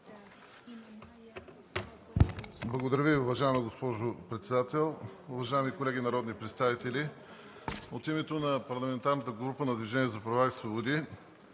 Благодаря Ви. Уважаема госпожо Председател, уважаеми колеги народни представители! От името на парламентарната група на „Движението за права и свободи“